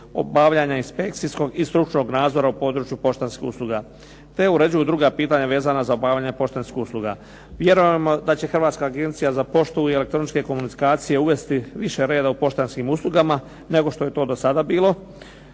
obavljanja inspekcijskog i stručnog nadzora u području poštanskih usluga, te uređuju druga pitanja vezana za obavljanje poštanskih usluga. Vjerujemo da će Hrvatska agencija za poštu i elektroničke komunikacije uvesti više reda u poštanskim uslugama, nego što je to do sada bilo.